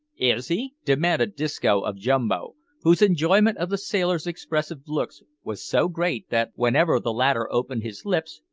is he? demanded disco of jumbo, whose enjoyment of the sailor's expressive looks was so great, that, whenever the latter opened his lips,